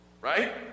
Right